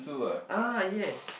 ah yes